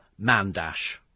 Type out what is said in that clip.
Mandash